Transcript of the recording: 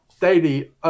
daily